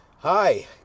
Hi